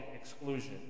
exclusion